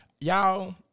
Y'all